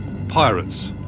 pirates.